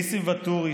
ניסים ואטורי,